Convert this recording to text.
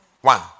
one